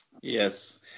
Yes